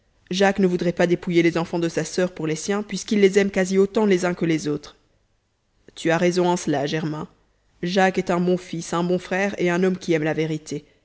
jacques ne voudrait pas dépouiller les enfants de sa sur pour les siens puisqu'il les aime quasi autant les uns que les autres tu as raison en cela germain jacques est un bon fils un bon frère et un homme qui aime la vérité